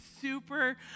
super